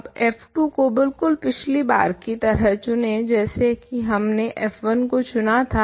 अब f2 को बिलकुल पिछली बार की ही तरह चुनें जैसे हमने f1 को चुना था